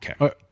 Okay